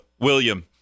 William